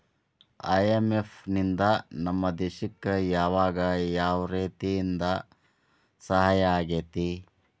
IMF ನಿಂದಾ ನಮ್ಮ ದೇಶಕ್ ಯಾವಗ ಯಾವ್ರೇತೇಂದಾ ಸಹಾಯಾಗೇತಿ?